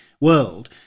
world